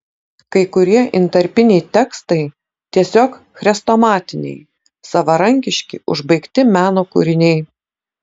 kai kurie intarpiniai tekstai tiesiog chrestomatiniai savarankiški užbaigti meno kūriniai